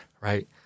right